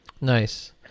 nice